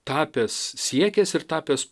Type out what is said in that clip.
tapęs siekęs ir tapęs